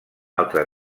altra